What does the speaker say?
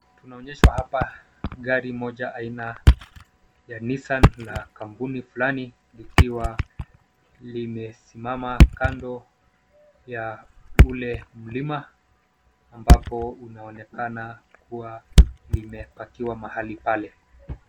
Tunaonyeshwa hapa gari moja aina ya Nissan la kampuni fulani likiwa limesimama kando ya ule mlima ambapo unaonekana kuwa limepakiwa mahali pale.